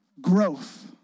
growth